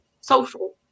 social